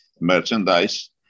merchandise